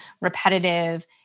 repetitive